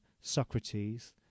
socrates